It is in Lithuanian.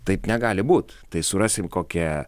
taip negali būt tai surasim kokią